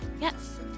Yes